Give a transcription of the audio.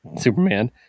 Superman